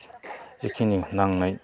जिखिनि नांनाय